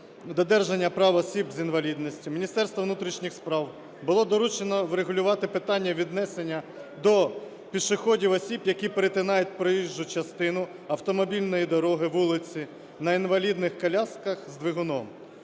додержання прав осіб з інвалідністю" Міністерству внутрішніх справ було доручено врегулювати питання віднесення до пішоходів осіб, які перетинають проїжджу частину автомобільної дороги, вулиці, на інвалідних колясках з двигуном.